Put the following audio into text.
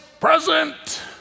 present